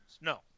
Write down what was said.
No